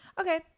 Okay